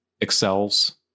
excels